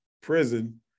prison